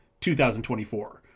2024